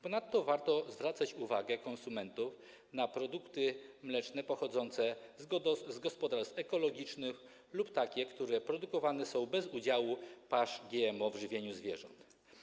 Ponadto warto zwracać uwagę konsumentów na produkty mleczne pochodzące z gospodarstw ekologicznych lub takie, które produkowane są bez udziału pasz GMO w żywieniu zwierząt.